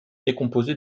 décomposé